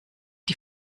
die